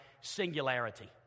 singularity